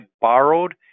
borrowed